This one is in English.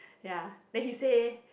ya then he say